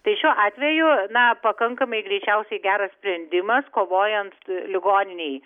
tai šiuo atveju na pakankamai greičiausiai geras sprendimas kovojant ligoninei